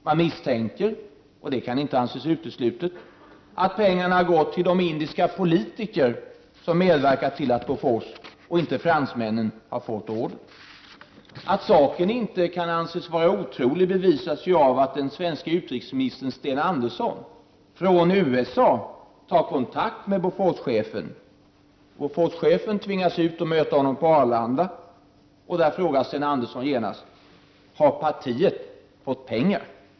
Man misstänkte — vilket inte kan anses uteslutet — att pengarna hade gått till de indiska politiker som hade medverkat till att Bofors och inte fransmännen fick ordern. Att saken inte kan anses vara otrolig bevisas ju av att den svenske utrikesministern Sten Andersson från USA tog kontakt med Boforschefen. Boforschefen tvingandes möta Sten Andersson på Arlanda. Där frågade Sten Andersson genast: Har partiet fått pengar?